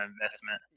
investment